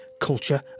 culture